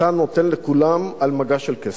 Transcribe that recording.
אתה נותן לכולם על מגש של כסף.